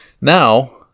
Now